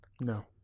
No